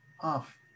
off